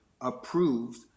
approved